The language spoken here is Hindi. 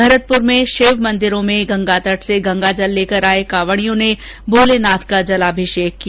भरतपुर में शिव मंदिरों में गंगा तट से गंगा जल लेकर आये कावडियों ने भोलेनाथ का जलाभिषेक किया